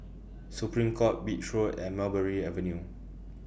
Supreme Court Beach Road and Mulberry Avenue